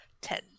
Ten